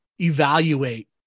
evaluate